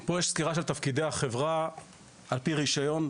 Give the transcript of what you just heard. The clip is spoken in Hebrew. פה יש סקירה של תפקידי החברה על פי רישיון,